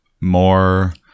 more